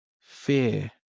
fear